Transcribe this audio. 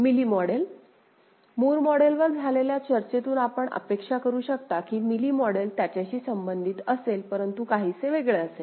milli model Moore मॉडेलवर झालेल्या चर्चेतून आपण अपेक्षा करू शकता की मिली मॉडेल त्याच्याशी संबंधित असेल परंतु काहीसे वेगळे असेल